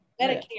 Medicare